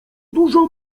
dużo